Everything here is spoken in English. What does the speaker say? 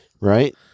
Right